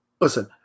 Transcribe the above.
Listen